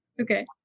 Okay